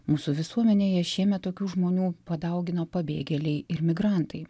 mūsų visuomenėje šiemet tokių žmonių padaugino pabėgėliai ir migrantai